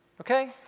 Okay